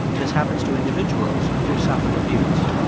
this happens to individuals who've suffered abuse.